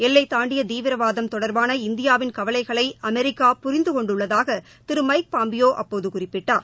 எல்லை தாண்டிய தீவிரவாதம் தொடர்பான இந்தியாவின் கவலைகளை அமெரிக்கா புரிந்துகொண்டுள்ளதாக திரு மைக் பாம்பியோ அப்போது குறிப்பிட்டார்